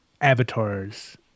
avatars